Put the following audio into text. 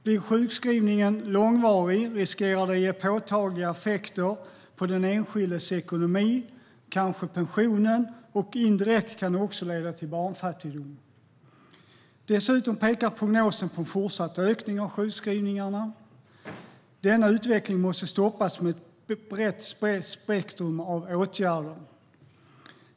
Blir sjukskrivningen långvarig riskerar det att ge påtagliga effekter på den enskildes ekonomi och kanske på pensionen. Indirekt kan det också leda till barnfattigdom. Dessutom pekar prognosen på en fortsatt ökning av sjukskrivningarna. Denna utveckling måste stoppas med ett brett spektrum av åtgärder.